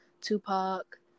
Tupac